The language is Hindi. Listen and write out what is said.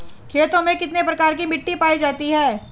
खेतों में कितने प्रकार की मिटी पायी जाती हैं?